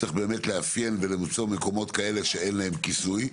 צריך באמת לאפיין ולמצוא מקומות כאלה שאין להם כיסוי.